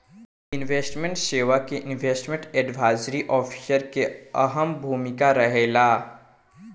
investment सेवा में investment advisory officer के अहम भूमिका रहेला